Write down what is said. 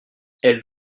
elle